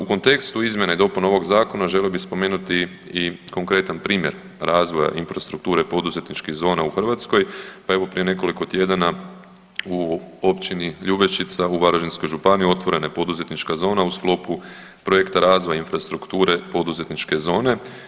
U kontekstu izmjena i dopuna ovog Zakona želio bih spomenuti i konkretan primjer razvoja infrastrukture poduzetničkih zona u Hrvatskoj, pa evo, prije nekoliko tjedana u općini Ljubešćica u Varaždinskoj županiji otvorena je poduzetnička zona u sklopu projekta razvoja infrastrukture poduzetničke zone.